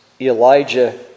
Elijah